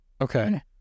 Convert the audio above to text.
Okay